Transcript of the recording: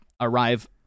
arrive